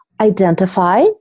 identify